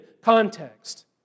context